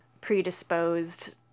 predisposed